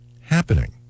happening